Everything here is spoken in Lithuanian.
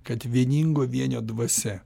kad vieningo vienio dvasia